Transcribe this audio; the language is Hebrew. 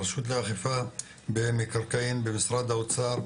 הרשות לאכיפה במקרקעין במשרד האוצר,